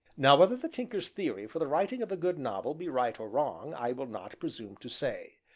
now whether the tinker's theory for the writing of a good novel be right or wrong, i will not presume to say.